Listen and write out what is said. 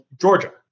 Georgia